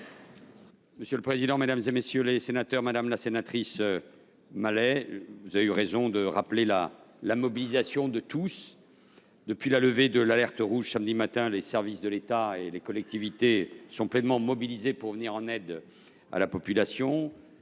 ministre d’État, ministre des outre mer. Madame la sénatrice Malet, vous avez eu raison de rappeler la mobilisation de tous. Depuis la levée de l’alerte rouge samedi matin, les services de l’État et les collectivités sont pleinement mobilisés pour venir en aide à la population,